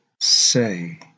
say